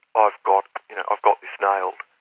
i've got you know ah got this nailed,